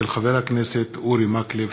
הצעתו של חבר הכנסת אורי מקלב.